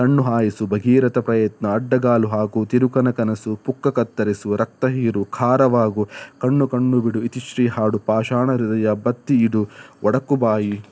ಕಣ್ಣು ಹಾಯಿಸು ಭಗೀರಥ ಪ್ರಯತ್ನ ಅಡ್ಡಗಾಲು ಹಾಕು ತಿರುಕನ ಕನಸು ಪುಕ್ಕ ಕತ್ತರಿಸು ರಕ್ತ ಹೀರು ಖಾರವಾಗು ಕಣ್ಣು ಕಣ್ಣು ಬಿಡು ಇತಿಶ್ರೀ ಹಾಡು ಪಾಷಾಣ ಹೃದಯ ಬತ್ತಿಯಿಡು ಒಡಕುಬಾಯಿ